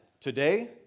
Today